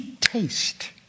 taste